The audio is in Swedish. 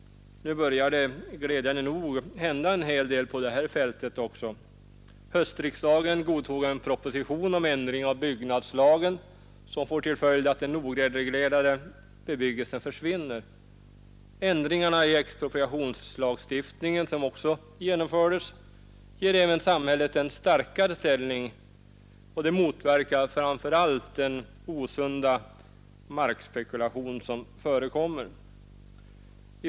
Nu börjar det glädjande nog att hända en hel del också på det här fältet. Höstriksdagen godtog en proposition om ändring av byggnadslagen, som får till följd att den oreglerade bebyggelsen försvinner. Ändringarna i expropriationslagstiftningen som också genomfördes ger även samhället en starkare ställning, och det motverkar framför allt den osunda markspekulation som förekommer.